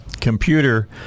computer